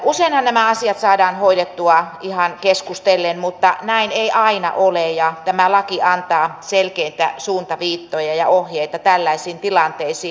useinhan nämä asiat saadaan hoidettua ihan keskustellen mutta näin ei aina ole ja tämä laki antaa selkeitä suuntaviittoja ja ohjeita tällaisiin tilanteisiin